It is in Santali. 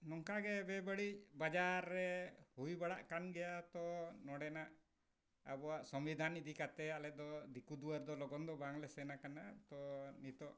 ᱱᱚᱝᱠᱟᱜᱮ ᱵᱮᱼᱵᱟᱹᱲᱤᱡ ᱵᱟᱡᱟᱨ ᱨᱮ ᱦᱩᱭ ᱵᱟᱲᱟᱜ ᱠᱟᱱ ᱜᱮᱭᱟ ᱛᱚ ᱱᱚᱸᱰᱮᱱᱟᱜ ᱟᱵᱚᱣᱟᱜ ᱥᱚᱝᱵᱤᱫᱷᱟᱱ ᱤᱫᱤ ᱠᱟᱛᱮ ᱟᱞᱮ ᱫᱚ ᱫᱤᱠᱩ ᱫᱩᱣᱟᱹᱨ ᱫᱚ ᱞᱚᱜᱚᱱ ᱫᱚ ᱵᱟᱝᱞᱮ ᱥᱮᱱ ᱟᱠᱟᱱᱟ ᱛᱚ ᱱᱤᱛᱳᱜ